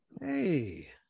Hey